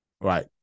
Right